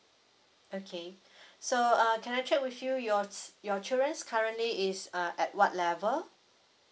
okay so uh can I check with your s~ your children's currently is uh at what level